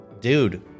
Dude